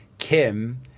kim